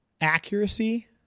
accuracy